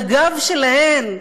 על הגב שלהן,